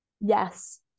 Yes